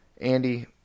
Andy